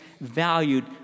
valued